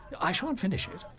i shan't finish it.